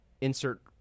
insert